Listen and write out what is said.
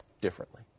differently